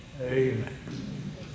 Amen